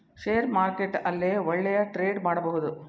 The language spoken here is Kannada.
ಷೇರ್ ಮಾರ್ಕೆಟ್ ಅಲ್ಲೇ ಒಳ್ಳೆಯ ಟ್ರೇಡ್ ಮಾಡಬಹುದು